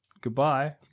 Goodbye